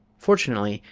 fortunately,